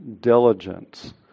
diligence